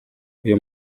uyu